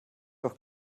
doch